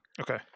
Okay